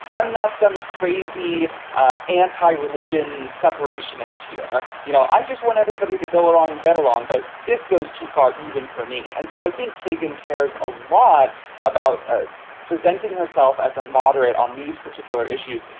i'm not some crazy anti religion separationist here. you know, i just want everybody to go along, and get along. but this goes too far even for me. and so i think kagan cares a lot about ah presenting herself as a moderate on these particular issues,